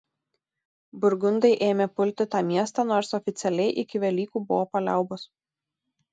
burgundai ėmė pulti tą miestą nors oficialiai iki velykų buvo paliaubos